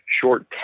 short